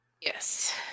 yes